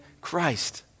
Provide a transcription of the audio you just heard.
Christ